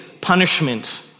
punishment